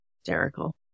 Hysterical